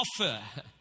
offer